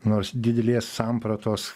nors didelės sampratos